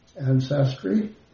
ancestry